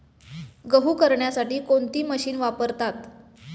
गहू करण्यासाठी कोणती मशीन वापरतात?